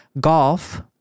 golf